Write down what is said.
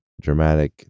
dramatic